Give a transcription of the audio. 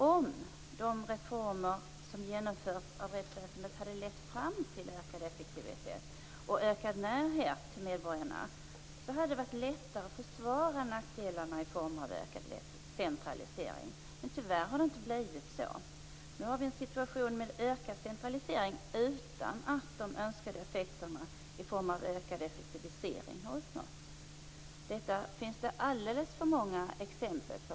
Om de reformer av rättsväsendet som har genomförts hade lett fram till ökad effektivitet och ökad närhet till medborgarna, så hade det varit lättare att försvara nackdelarna i form av ökad centralisering. Tyvärr har det inte blivit så. Nu har vi en situation med ökad centralisering utan att de önskade effekterna i form av ökad effektivisering har uppnåtts. Detta finns det alldeles för många exempel på.